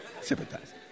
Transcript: Sympathize